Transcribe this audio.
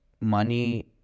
money